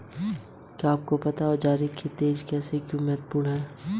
अपने औजारों को तेज करना क्यों महत्वपूर्ण है?